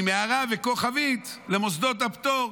עם הערה וכוכבית למוסדות הפטור,